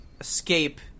Escape